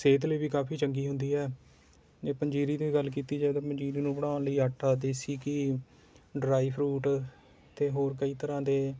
ਸਿਹਤ ਲਈ ਵੀ ਕਾਫ਼ੀ ਚੰਗੀ ਹੁੰਦੀ ਹੈ ਜੇ ਪੰਜੀਰੀ ਦੀ ਗੱਲ ਕੀਤੀ ਜਾਵੇ ਪੰਜੀਰੀ ਨੂੰ ਬਣਾਉਣ ਲਈ ਆਟਾ ਦੇਸੀ ਘੀ ਡਰਾਈ ਫਰੂਟ ਅਤੇ ਹੋਰ ਕਈ ਤਰ੍ਹਾਂ ਦੇ